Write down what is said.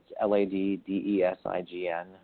L-A-D-D-E-S-I-G-N